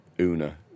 una